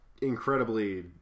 incredibly